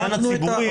לצד זאת,